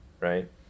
right